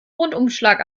rundumschlag